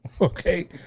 okay